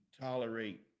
tolerate